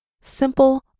simple